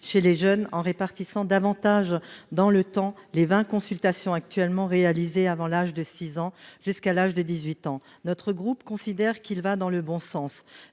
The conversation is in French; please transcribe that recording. chez les jeunes, en répartissant davantage dans le temps les vingt consultations actuellement réalisées avant l'âge de 6 ans, jusqu'à l'âge de 18 ans. Notre groupe considère qu'il va dans le bon sens,